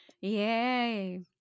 yay